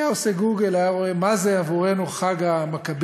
אם היה עושה גוגל היה רואה מה זה עבורנו חג המכבים,